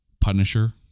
Punisher